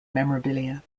memorabilia